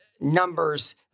numbers